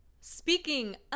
Speaking